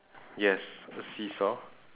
yes a seesaw